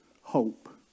hope